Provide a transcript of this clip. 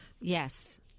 Yes